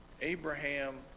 Abraham